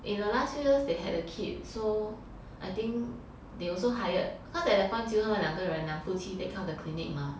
in the last few years they had a kid so I think they also hired cause at that point 只有他们两个人两夫妻 take care of the clinic mah